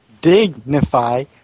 Dignify